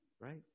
right